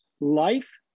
life